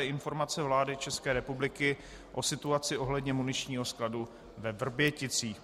Informace vlády České republiky k situaci ohledně muničního skladu ve Vrběticích